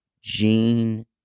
gene